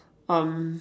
um